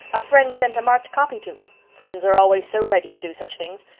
a friend sent a marked copy to me. friends are always so ready to do such things.